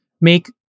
make